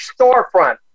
storefront